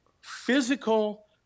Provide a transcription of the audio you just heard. physical